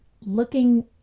looking